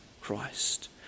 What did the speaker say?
Christ